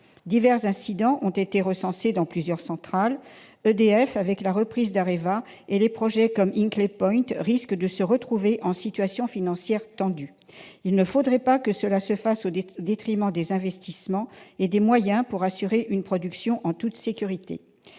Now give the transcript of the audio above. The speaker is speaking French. Divers incidents ont été recensés dans plusieurs centrales. EDF, avec la reprise d'AREVA et les projets comme Hinkley Point, risque de se retrouver en situation financière tendue. Il ne faudrait pas que cela se fasse au détriment des investissements et des moyens pour assurer une production en toute sécurité.